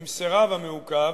ואם סירב המעוכב,